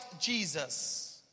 Jesus